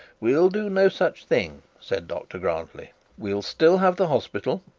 we'll do no such thing said dr grantly we'll still have the hospital.